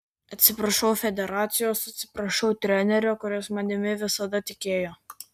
atsiprašau federacijos atsiprašau trenerio kuris manimi visada tikėjo